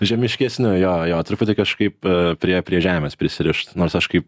žemiškesniu jo jo truputį kažkaip prie prie žemės prisirišt nors aš kaip